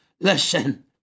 listen